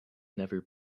never